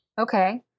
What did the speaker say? Okay